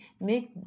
make